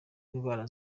indwara